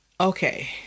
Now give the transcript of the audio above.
Okay